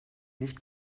nicht